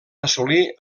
assolir